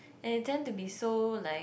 and them to be so like